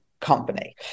company